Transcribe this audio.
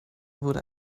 wurde